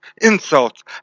insults